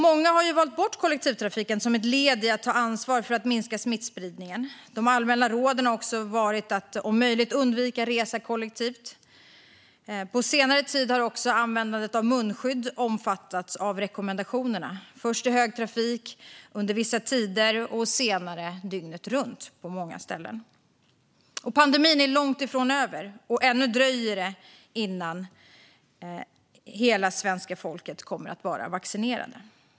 Många har valt bort kollektivtrafiken som ett led i att ta ansvar för att minska smittspridningen. De allmänna råden har också varit att om möjligt undvika att resa kollektivt. På senare tid har också användande av munskydd omfattats av rekommendationerna, först i högtrafik under vissa tider och senare dygnet runt på många ställen. Pandemin är dock långt ifrån över, och ännu dröjer det innan hela svenska folket kommer att vara vaccinerat.